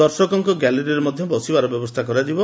ଦର୍ଶକଙ୍କ ଗ୍ୟାଲେରୀରେ ମଧ୍ଧ ବସିବାର ବ୍ୟବସ୍କା କରାଯିବ